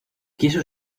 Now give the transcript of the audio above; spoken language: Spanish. quiso